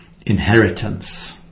inheritance